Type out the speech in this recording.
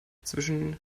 zwischen